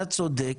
אתה צודק